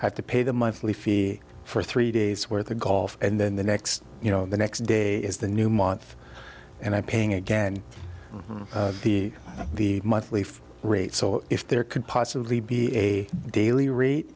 have to pay the monthly fee for three days worth of golf and then the next you know the next day is the new month and i paying again the the monthly rate so if there can possibly be a daily rate